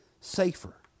safer